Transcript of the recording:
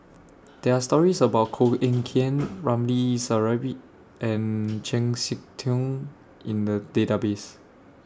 There Are stories about Koh Eng Kian Ramli Sarip and Chng Seok Tin in The Database